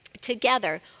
together